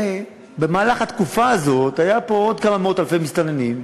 במהלך התקופה הזאת יהיו פה עוד כמה מאות-אלפי מסתננים,